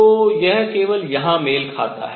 तो यह केवल यहाँ मेल खाता है